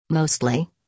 Mostly